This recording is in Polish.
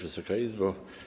Wysoka Izbo!